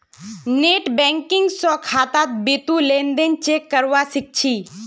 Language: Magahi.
नेटबैंकिंग स खातात बितु लेन देन चेक करवा सख छि